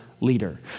Leader